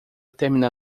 terminar